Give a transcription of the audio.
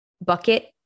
Bucket